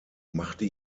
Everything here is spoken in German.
machte